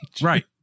Right